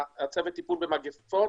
צוות הטיפול במגפות,